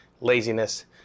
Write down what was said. laziness